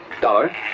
Dollar